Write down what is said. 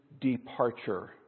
departure